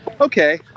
Okay